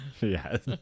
Yes